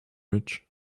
rich